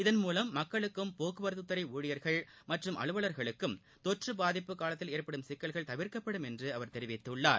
இதன்மூலம் மக்களுக்கும் போக்குவரத்துத்துறை ஊழியர்கள் மற்றம் அலுவலர்களுக்கும் தொற்று பாதிப்பு காலத்தில் ஏற்படும் சிக்கல்கள் தவிர்க்கப்படும் என்று அவர் தெரிவித்துள்ளார்